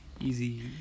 easy